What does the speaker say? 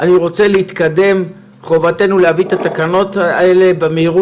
כשתקנות כאלו לא הובאו במועד והייתה לקונה של כמה ימים,